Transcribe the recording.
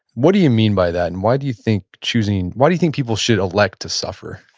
what do you mean by that? and why do you think choosing, why do you think people should elect to suffer?